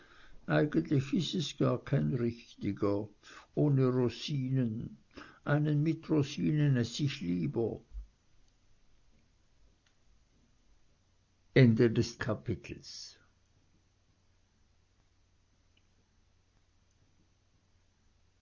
eigentlich is es gar kein richtiger ohne rosinen einen mit rosinen eß ich lieber viertes kapitel